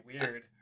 weird